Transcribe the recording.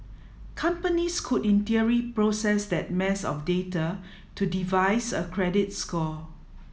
companies could in theory process that mass of data to devise a credit score